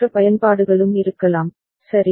மற்ற பயன்பாடுகளும் இருக்கலாம் சரி